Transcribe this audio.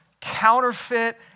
counterfeit